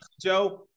Joe